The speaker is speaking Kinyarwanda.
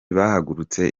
bahagurutse